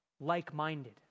like-minded